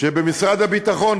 שבמשרד הביטחון,